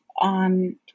on